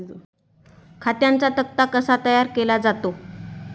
खात्यांचा तक्ता कसा तयार केला जातो?